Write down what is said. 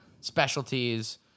specialties